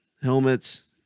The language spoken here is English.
helmets